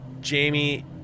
Jamie